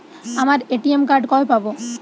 আমার ATM card কবে পাব?